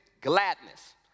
gladness